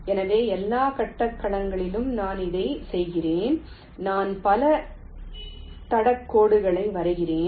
எனவே எல்லா கட்ட கட்டங்களிலும் நான் இதைச் செய்கிறேன் நான் பல தடக் கோடுகளை வரைகிறேன்